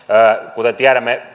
kuten tiedämme